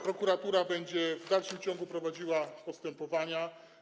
Prokuratura będzie w dalszym ciągu prowadziła postępowania.